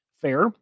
FAIR